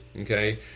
Okay